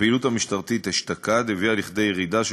הפעילות המשטרתית אשתקד הביאה לירידה של